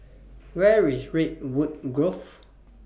Where IS Redwood Grove